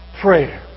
prayer